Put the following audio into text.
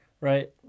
right